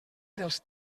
dels